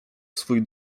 swój